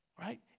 right